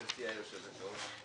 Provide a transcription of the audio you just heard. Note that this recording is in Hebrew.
גברתי היושבת ראש,